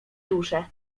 dusze